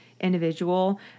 individual